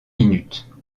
minutes